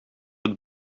het